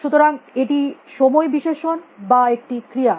সুতরাং এটি সময় বিশেষণ বা একটি ক্রিয়া